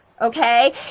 okay